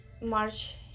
March